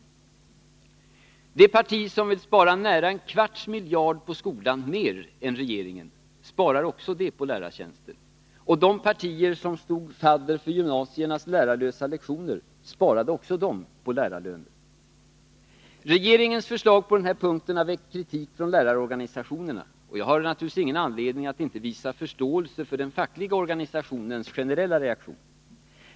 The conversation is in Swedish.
Också det parti som vill spara nära en kvarts miljard mer än regeringen sparar på lärartjänster, och de partier som stod fadder för gymnasiernas lärarlösa lektioner sparade också de på lärarlöner. Regeringens förslag på denna punkt har väckt kritik från lärarorganisationerna, och jag har naturligtvis ingen anledning att inte ha förståelse för den fackliga organisationens generella reaktion.